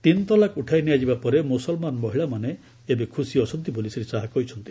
ତିନତଲାକ୍ ଉଠାଇ ନିଆଯିବା ପରେ ମୁସଲମାନ ମହିଳାମାନେ ଖୁସି ଅଛନ୍ତି ବୋଲି ଶ୍ରୀ ଶାହା କହିଛନ୍ତି